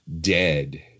dead